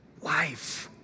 life